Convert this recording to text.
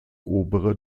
obere